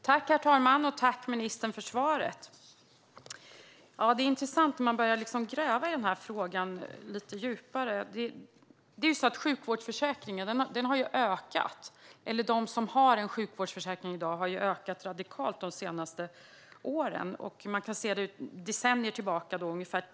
Herr talman! Jag tackar ministern för svaret. Det är intressant när man börjar gräva lite djupare i denna fråga. Antalet personer som har en sjukvårdsförsäkring har ökat radikalt de senaste tio åren.